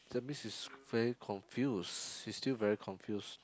that means is very confuse she still very confuse